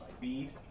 bead